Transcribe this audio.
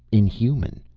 inhuman.